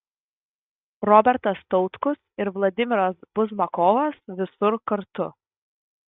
robertas tautkus ir vladimiras buzmakovas visur kartu